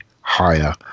higher